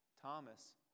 Thomas